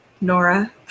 Nora